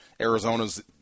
Arizona's –